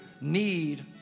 need